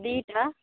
ଦୁଇଟା